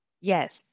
yes